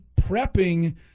prepping